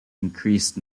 increased